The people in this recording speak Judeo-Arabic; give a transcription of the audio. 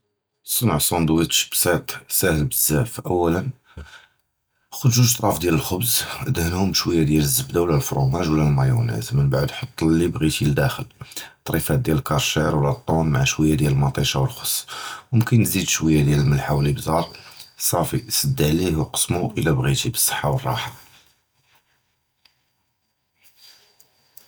אָסְנַע שׁוּנְדוִויצ' בְּסִיט שַׁהֵל בְּזַבַּא, חֻד גּוּג טְרָאף דִיָּאל אֶל-חֻבְּז, אֶדְהְנְהוּם בְּשׁוּיָּא דִּיָּאל אֶל-זִּיבְּדָה אוּ אֶל-פְּרוֹמַאז אוּ אֶל-מַאיונֵז, מִנְּבַּעְד חַטִּי אֶל-לִיּ בְּגִ'ת לִדָاخֵל, טְרִיפַּאת דִיָּאל אֶל-קַאשִיר אוּ אֶל-טּוּן עִם שׁוּיָּא דִּיָּאל אֶל-מַאטִישָה וְאֶל-חַס, יִכַּדַּר תְּזִיף שׁוּיָּא דִּיָּאל אֶל-מֶלְח וְלִבְּזָּאר, סַפִּי, סַד עָלֵיהּ וְקַסְּמּוּ אִלָּא בְּגִ'ת, בְּצַחָה וְרָרַחָה.